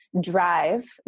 drive